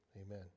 amen